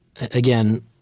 Again